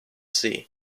sea